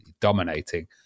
dominating